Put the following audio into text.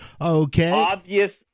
Okay